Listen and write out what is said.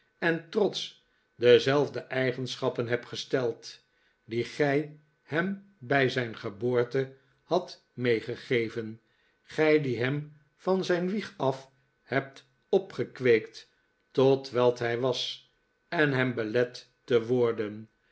en trots dezelfde eigenschappen hebt gesteld die gij hem bij zijn geboorte hadt meegegeven g ij die hem van zijn wieg af hebt opgekweekt tot wat hij was en hem belet te worden